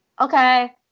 okay